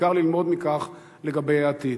בעיקר ללמוד מכך לגבי העתיד.